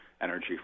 energy